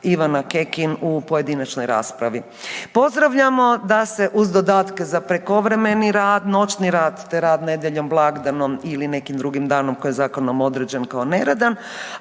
Ivana Kekin u pojedinačnoj raspravi. Pozdravljamo da se uz dodatke za prekovremeni rad, noćni rad, te rad nedjeljom, blagdanom ili nekim drugim danom koji je zakonom određen kao neradan,